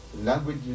language